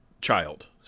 child